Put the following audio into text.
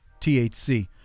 THC